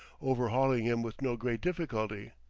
overhauling him with no great difficulty.